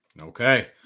Okay